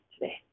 today